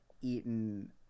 eaten